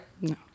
No